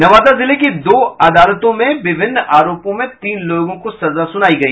नवादा जिले की दो अदालत ने विभिन्न आरोपों में तीन लोगों को सजा सुनाई गई